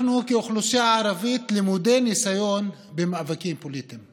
אנחנו כאוכלוסייה הערבית למודי ניסיון במאבקים פוליטיים.